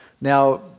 Now